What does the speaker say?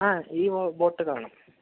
ആ ഈ വോ ബോട്ട് തുടങ്ങി